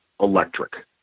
electric